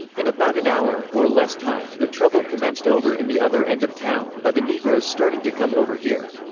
in about an hour, or less time, the trouble commenced over in the other end of town, by the negroes starting to come over here.